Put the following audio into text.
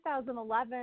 2011